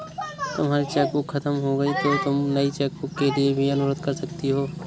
तुम्हारी चेकबुक खत्म हो गई तो तुम नई चेकबुक के लिए भी अनुरोध कर सकती हो